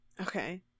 Okay